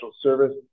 service